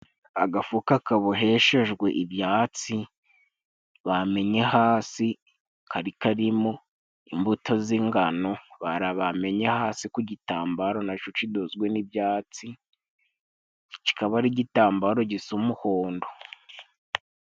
Agafuka kaboheshejwe ibyatsi bamenye hasi, kari karimo imbuto z'ingano, barabamenye hasi ku gitambaro naco cidozwe n'ibyatsi, cikaba ari igitambaro gisa umuhondo.